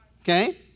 Okay